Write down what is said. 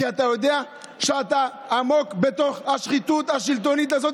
כי אתה יודע שאתה עמוק בתוך השחיתות השלטונית הזאת.